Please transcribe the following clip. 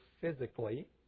physically